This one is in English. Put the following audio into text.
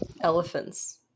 Elephants